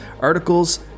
articles